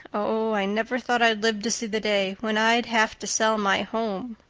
oh, i never thought i'd live to see the day when i'd have to sell my home.